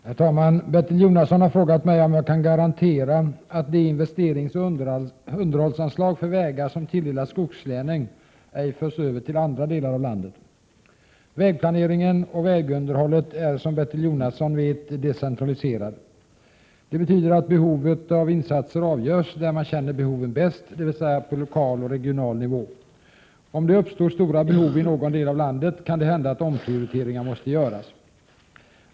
Herr talman! Bertil Jonasson har frågat mig om jag kan garantera att de investeringsoch underhållsanslag för vägar som tilldelas skogslänen ej förs över till andra delar av landet. Vägplaneringen och vägunderhållet är, som Bertil Jonasson väl vet, decentraliserade. Det betyder att behovet av insatser avgörs där man känner behoven bäst, dvs. på lokal och regional nivå. Om det uppstår stora behov i någon del av landet, kan det hända att omprioriteringar måste göras.